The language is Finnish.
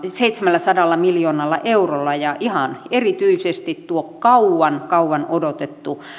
seitsemälläsadalla miljoonalla eurolla ihan erityisesti tuo kauan kauan odotettu